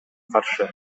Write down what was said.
каршы